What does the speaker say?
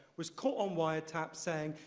was caught on wiretap saying,